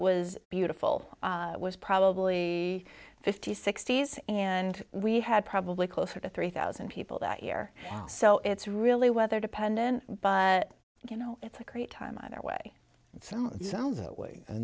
was beautiful was probably fifty's sixty's and we had probably closer to three thousand people that year so it's really weather dependent you know it's a great time either way it's